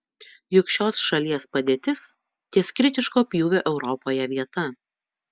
juk šios šalies padėtis ties kritiško pjūvio europoje vieta